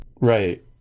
Right